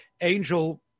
Angel